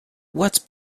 what’s